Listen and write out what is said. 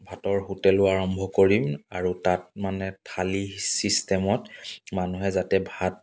ভাতৰ হোটেলো আৰম্ভ কৰিম আৰু তাত মানে থালী ছিষ্টেমত মানুহে যাতে ভাত